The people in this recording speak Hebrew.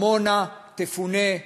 עמונה תפונה.